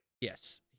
Yes